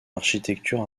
architecture